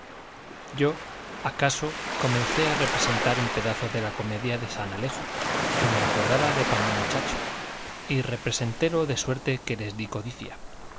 yo acaso comencé a representar un pedazo de la comedia de san alejo que me acordaba de cuando muchacho y representélo de suerte que les di codicia